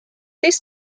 this